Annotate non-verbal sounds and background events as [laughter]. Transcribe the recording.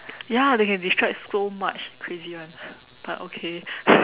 ya they can describe so much crazy [one] but okay [breath]